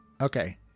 Okay